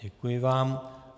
Děkuji vám.